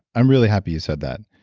i'm really happy you said that.